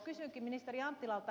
kysynkin ministeri anttilalta